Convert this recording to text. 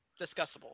discussable